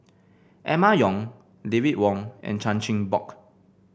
Emma Yong David Wong and Chan Chin Bock